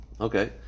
Okay